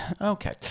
Okay